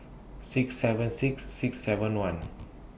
six seven six six seven one